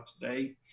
today